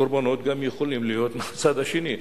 הקורבנות גם יכולים להיות מהצד השני.